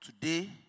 Today